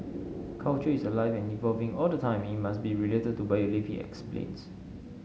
culture is alive and evolving all the time it must be related to where you live he explains